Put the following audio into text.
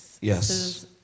Yes